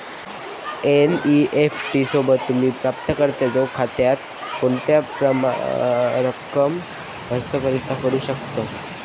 NEFT सोबत, तुम्ही प्राप्तकर्त्याच्यो खात्यात कोणतापण रक्कम हस्तांतरित करू शकता